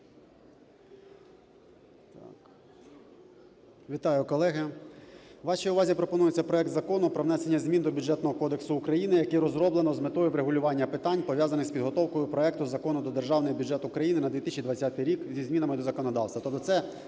Вітаю, колеги! Вашій увазі пропонується проект Закону про внесення змін до Бюджетного кодексу України, який розроблено з метою врегулювання питань, пов'язаних з підготовкою проекту Закону про Державний бюджет на 2020 рік зі змінами до законодавства.